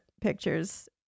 pictures